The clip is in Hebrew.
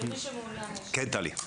כן טלי?